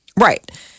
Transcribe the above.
Right